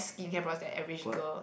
skincare products than an average girl